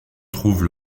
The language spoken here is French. trouve